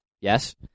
yes